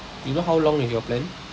you know how long is your plan